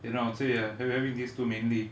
you know I'd say uh having these two mainly